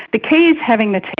the key is having the test.